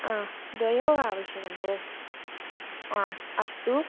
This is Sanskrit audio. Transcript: अ द्वयोः आवश्यकं भो आम् अस्तु